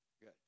Good